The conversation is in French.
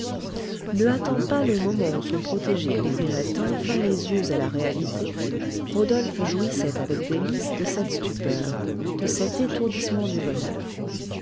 hâtant pas le moment où son protégé ouvrirait enfin les yeux à la réalité rodolphe jouissait avec délices de cette stupeur de cet étourdissement du bonheur